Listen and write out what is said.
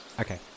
Okay